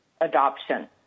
adoption